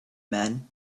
men